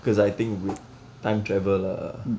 because I think with time travel uh